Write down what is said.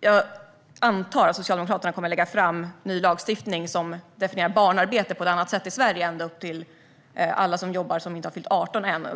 Jag antar att Socialdemokraterna kommer att lägga fram ny lagstiftning som definierar barnarbete på ett annat sätt i Sverige, det vill säga alla som jobbar och som inte har fyllt 18 ännu.